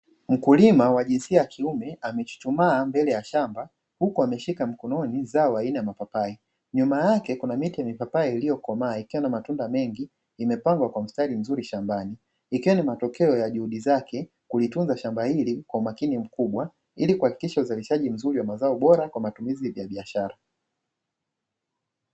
Mkulima wa jinsia ya kiume amechuchumaa mbele ya shamba huku ameshika mkononi zao aina ya mapapai, nyuma yake kuna miti ya mipapai iliyokomaa ikiwa na matunda mengi imepangwa kwa mstari mzuri shambani, ikiwa ni matokeo ya juhudi zake kulitunza shamba hili kwa umakini mkubwa ili kuhakikisha uzalishaji mzuri wa mazao bora kwa matumizi ya biashara.